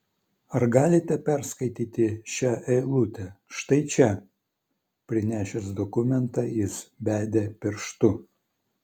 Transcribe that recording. ar galite perskaityti šią eilutę štai čia prinešęs dokumentą jis bedė pirštu